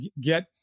get